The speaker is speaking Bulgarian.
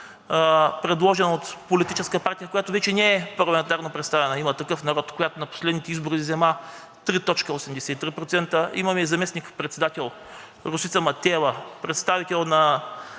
предложен от политическа партия, която вече не е парламентарно представена, „Има такъв народ“, която на последните избори взема 3.83%, имаме и заместник-председател Росица Матева, представител на